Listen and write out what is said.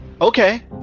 okay